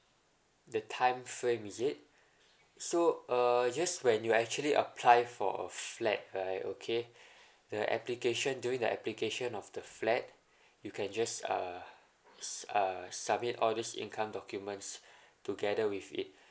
the time frame is it so uh just when you actually apply for a flat right okay the application during the application of the flat you can just uh uh submit all these income documents together with it